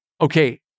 okay